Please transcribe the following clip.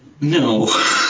No